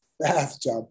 bathtub